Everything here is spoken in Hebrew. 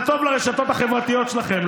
זה טוב לרשתות החברתיות שלכם,